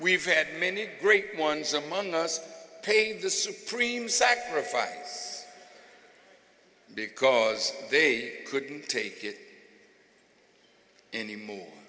we've had many great ones among us paid the supreme sacrifice because they couldn't take it anymore